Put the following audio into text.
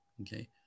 Okay